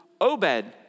Obed